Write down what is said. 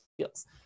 skills